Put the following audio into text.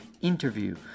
interview